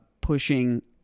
pushing